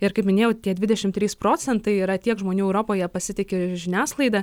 ir kaip minėjau tie dvidešim trys procentai yra tiek žmonių europoje pasitiki žiniasklaida